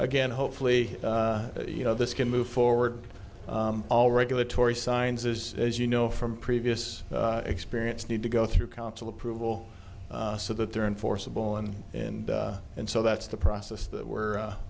again hopefully you know this can move forward all regulatory signs is as you know from previous experience need to go through council approval so that they're enforceable and and and so that's the process that we're